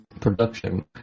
production